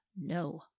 no